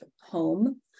Home